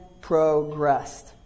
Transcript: progressed